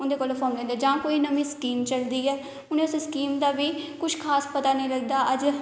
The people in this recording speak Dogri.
जां कोई नमी स्कीम चलदी ऐ उंहे उस स्कीम दा बी कुछ खास पता नेई लगदा अज्ज